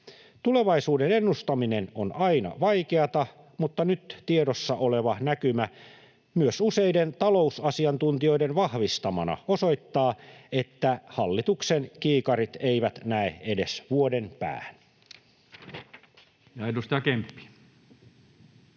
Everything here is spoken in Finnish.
Tulevaisuuden ennustaminen on aina vaikeata, mutta nyt tiedossa oleva näkymä myös useiden talousasiantuntijoiden vahvistamana osoittaa, että hallituksen kiikarit eivät näe edes vuoden päähän. Ja edustaja Kemppi.